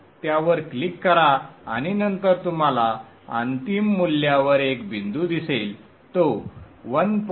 त्यावर क्लिक करा आणि नंतर तुम्हाला अंतिम मूल्यावर एक बिंदू दिसेल तो 1